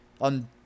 on